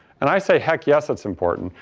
and i say, heck, yes, it's important.